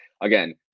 again